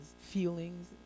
feelings